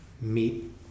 meet